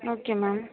okay ma'am